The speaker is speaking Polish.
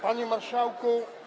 Panie Marszałku!